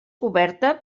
coberta